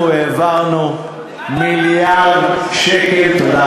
אנחנו העברנו מיליארד שקל.